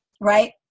right